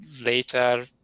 later